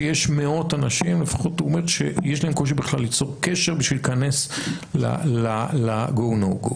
שיש מאות אנשים שיש להם קושי בכלל ליצור קשר בשביל להיכנס ל-go no go,